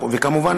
וכמובן,